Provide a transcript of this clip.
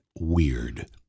weird